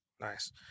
Nice